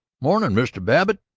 mornin', mr. babbitt!